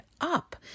up